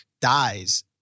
dies